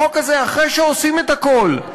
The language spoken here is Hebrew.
אחרי שעושים את הכול,